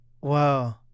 Wow